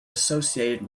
associated